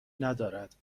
ندارد